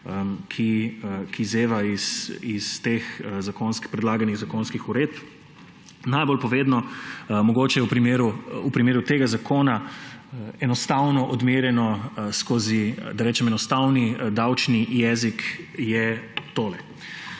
ki zeva iz teh predlaganih zakonskih uredb; najbolj povedno mogoče v primeru tega zakona, enostavno odmerjeno skozi, da rečem, enostavni davčni jezik je tole.